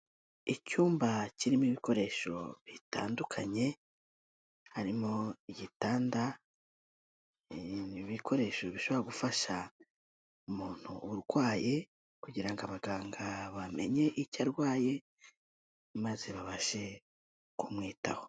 Icyumba kirimo ibikoresho bitandukanye, harimo igitanda, ibikoresho bishobora gufasha umuntu urwaye kugira ngo abaganga bamenye icyo arwaye maze babashe kumwitaho.